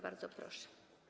Bardzo proszę.